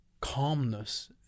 calmness